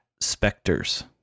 specters